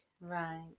Right